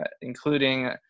including